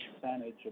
percentage